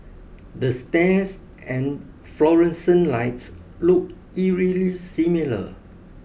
the stairs and fluorescent lights look eerily similar